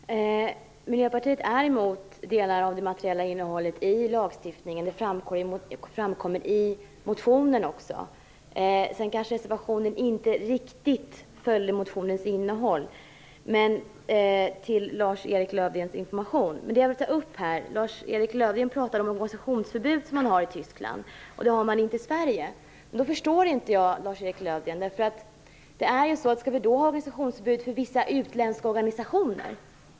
Herr talman! Miljöpartiet är emot delar av det materiella innehållet i lagstiftningen. Det framkommer också i motionen. Sedan kanske reservationen inte riktigt följde motionens innehåll - detta sagt till Men det jag vill ta upp här är något annat. Lars Erik Lövdén pratar om det organisationsförbud man har i Tyskland men inte i Sverige. Då förstår inte jag, Lars-Erik Lövdén: Skall vi ha organisationsförbud för vissa utländska organisationer?